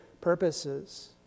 purposes